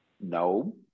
No